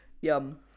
Yum